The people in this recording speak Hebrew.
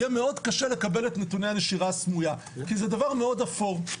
יהיה מאוד קשה לקבל את נתוני הנשירה הסמויה כי זה דבר מאוד אפור,